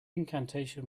incantation